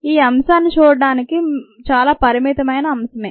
ఈ అంశాన్ని చూడటానికి చాలా పరిమతమైన అంశమే